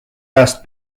ajast